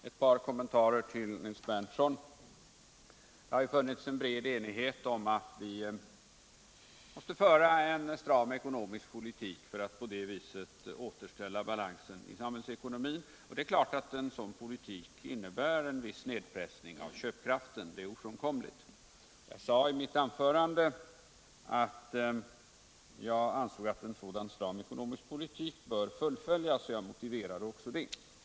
Herr talman! Jag vill göra ett par kommentarer till Nils Berndtsons anförande. Det har funnits en bred enighet om att vi måste föra en stark ekonomisk politik för att på det viset återställa balansen i samhällsekonomin. Det är klart att en sådan politik innebär en viss nedpressning av köpkraften. Det är ofrånkomligt. Jag sade i mitt anförande att jag ansåg att en sådan stark politik bör fullföljas, och jag motiverade också detta.